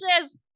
says